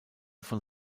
von